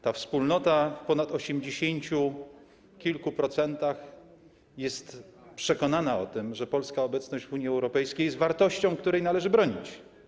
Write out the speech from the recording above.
Ta wspólnota w ponad 80% jest przekonana o tym, że polska obecność w Unii Europejskiej jest wartością, której należy bronić.